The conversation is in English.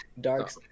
Dark